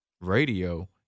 radio